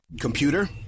Computer